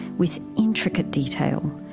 with intricate detail,